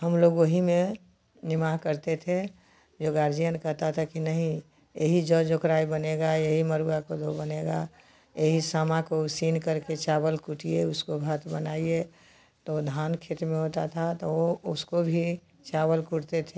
हमलोग वही में निमाह करते थे जो गार्जियन कहता था कि नहीं यही जौ जोकराई बनेगा यही मड़ुआ कोदो बनेगा यही सामा को उसिन करके चावल कूटिए उसका भात बनाइए तो धान खेत में होता था तो वह उसको भी चावल कूटते थे